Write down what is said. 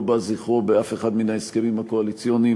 לא בא זכרו באף אחד מן ההסכמים הקואליציוניים,